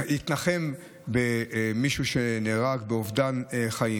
להתנחם אם מישהו נהרג, אובדן חיים.